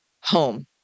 home